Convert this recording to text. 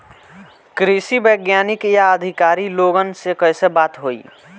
कृषि वैज्ञानिक या अधिकारी लोगन से कैसे बात होई?